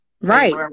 Right